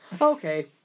Okay